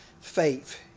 faith